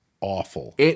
awful